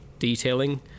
detailing